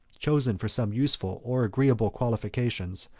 chosen for some useful or agreeable qualifications,